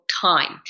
time